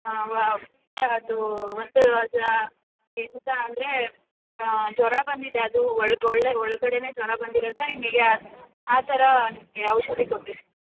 ಹಾಂ ವಾ ಎಂಥ ಅಂದರೆ ಜ್ವರ ಬಂದಿದೆ ಅದು ಒಳ್ಗೊಳ್ಳೆ ಒಳಗಡೆಯೇ ಜ್ವರ ಬಂದಿರೋದ್ರಿಂದ ನಿಮಗೆ ಅದು ಆ ಥರ ನಿಮಗೆ ಔಷಧಿ ಕೊಟ್ಟಿದ್ದು